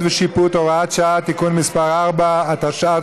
ושיפוט) (הוראת שעה) (תיקון מס' 4),